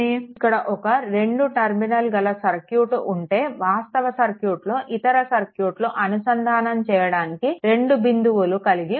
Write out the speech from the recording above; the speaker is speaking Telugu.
ఇక్కడ ఒక రెండు టర్మినల్ గల సర్క్యూట్ ఉంటే వాస్తవ సర్క్యూట్లో ఇతర సర్క్యూట్లు అనుసంధానం చేయడానికి రెండు బిందువులు కలిగి ఉంటుంది